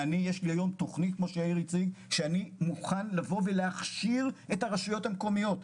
יש לי היום תוכנית ואני מוכן להכשיר את הרשויות המקומיות,